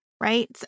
right